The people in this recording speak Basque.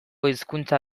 hizkuntza